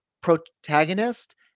protagonist